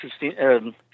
interesting